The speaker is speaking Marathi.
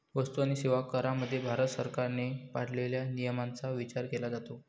वस्तू आणि सेवा करामध्ये भारत सरकारने पाळलेल्या नियमांचा विचार केला जातो